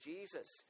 Jesus